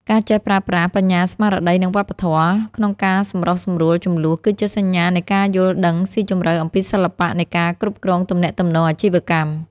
ការចេះប្រើប្រាស់ "បញ្ញាស្មារតី និងវប្បធម៌" ក្នុងការសម្រុះសម្រួលជម្លោះ គឺជាសញ្ញានៃការយល់ដឹងស៊ីជម្រៅអំពីសិល្បៈនៃការគ្រប់គ្រងទំនាក់ទំនងអាជីវកម្ម។